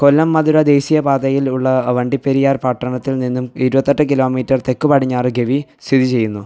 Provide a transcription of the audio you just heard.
കൊല്ലം മധുര ദേശീയ പാതയിലുള്ള വണ്ടിപ്പെരിയാർ പട്ടണത്തിൽ നിന്നും ഇരുപത്തെട്ട് കിലോമീറ്റർ തെക്ക് പടിഞ്ഞാറ് ഗവി സ്ഥിതി ചെയ്യുന്നു